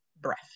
breath